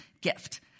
gift